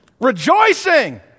Rejoicing